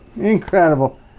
Incredible